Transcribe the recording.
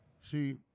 See